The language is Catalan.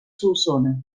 solsona